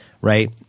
right